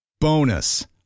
Bonus